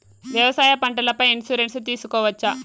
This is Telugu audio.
వ్యవసాయ పంటల పై ఇన్సూరెన్సు తీసుకోవచ్చా?